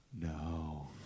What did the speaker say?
No